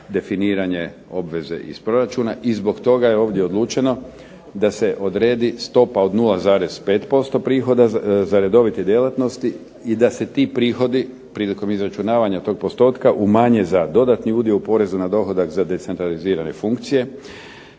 definiranje obveze iz proračuna i zbog toga je ovdje odlučeno da se odredi stopa od 0,5% prihoda za redovite djelatnosti i da se ti prihodi prilikom izračunavanja tog postotka umanje za dodatni udio u porezu na dohodak za decentralizirane funkcije